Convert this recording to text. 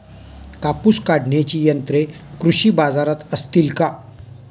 कापूस काढण्याची यंत्रे कृषी बाजारात असतील का?